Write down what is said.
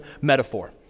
metaphor